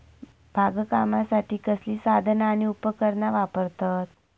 बागकामासाठी कसली साधना आणि उपकरणा वापरतत?